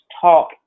talk